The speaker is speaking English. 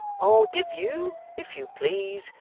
i'll give you, if you please,